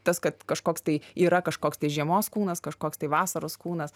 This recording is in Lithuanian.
tas kad kažkoks tai yra kažkoks tai žiemos kūnas kažkoks tai vasaros kūnas